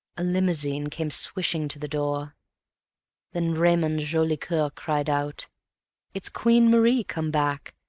a limousine came swishing to the door then raymond jolicoeur cried out it's queen marie come back,